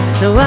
no